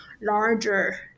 larger